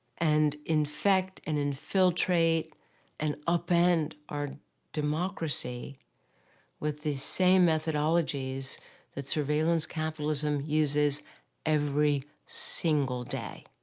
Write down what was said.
and infect and infiltrate and upend our democracy with the same methodologies that surveillance capitalism uses every single day.